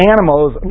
Animals